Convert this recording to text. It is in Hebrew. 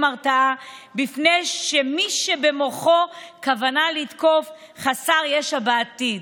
הרתעה למי שבמוחו כוונה לתקוף חסר ישע בעתיד.